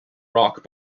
rock